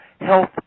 health